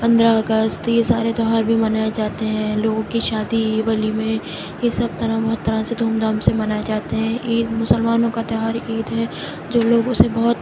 پندرہ اگست یہ سارے تیوہار بھی منائے جاتے ہیں لوگوں کی شادی ولیمے یہ سب طرح بہت طرح سے دھوم دھام سے منائے جاتے ہیں عید مسلمانوں کا تیوہار عید ہے جو لوگ اسے بہت